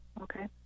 Okay